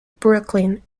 brooklyn